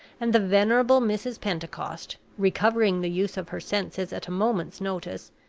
and the venerable mrs. pentecost, recovering the use of her senses at a moment's notice,